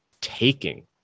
taking